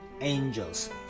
angels